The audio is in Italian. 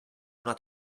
una